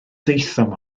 daethom